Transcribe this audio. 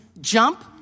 jump